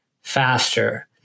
faster